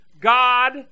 God